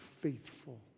faithful